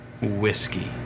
Whiskey